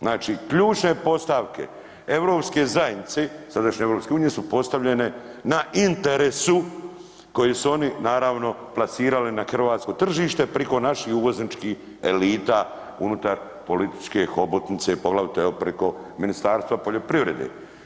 Znači, ključne postavke Europske zajednice sadašnje EU su postavljene na interesu koji su oni naravno plasirali na hrvatsko tržište priko naših uvozničkih elita unutar političke hobotnice, poglavito evo priko Ministarstva poljoprivrede.